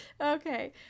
okay